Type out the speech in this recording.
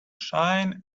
shine